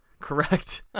correct